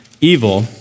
evil